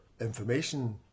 information